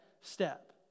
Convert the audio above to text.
step